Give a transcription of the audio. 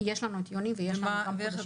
יש לנו את יוני ויש גם חודשים קודמים.